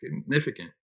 significant